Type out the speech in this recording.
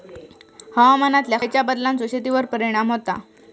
हवामानातल्या खयच्या बदलांचो शेतीवर परिणाम होता?